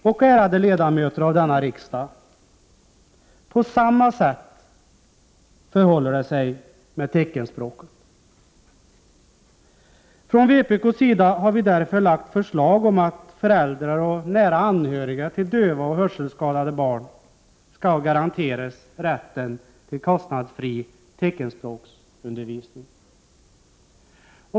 Och, ärade ledamöter av denna riksdag, på samma sätt förhåller det sig med teckenspråket. Från vpk:s sida har vi därför lagt fram förslag om att föräldrar och nära anhöriga till döva och hörselskadade barn skall garanteras rätten till kostnadsfri teckenspråksundervisning.